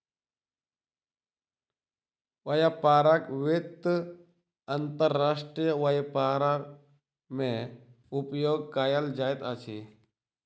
व्यापारक वित्त अंतर्राष्ट्रीय व्यापार मे उपयोग कयल जाइत अछि